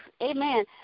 amen